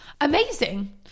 Amazing